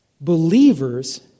believers